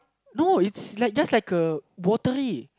no it's just like uh watery